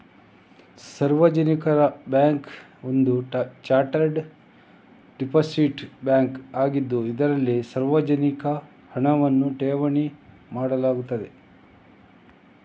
ಸಾರ್ವಜನಿಕ ಬ್ಯಾಂಕ್ ಒಂದು chartered depository bank ಆಗಿದ್ದು, ಇದರಲ್ಲಿ ಸಾರ್ವಜನಿಕ ಹಣವನ್ನು ಠೇವಣಿ ಮಾಡಲಾಗುತ್ತದೆ